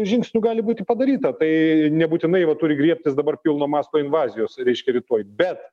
žingsnių gali būti padaryta tai nebūtinai va turi griebtis dabar pilno masto invazijos reiškia rytoj bet